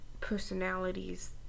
personalities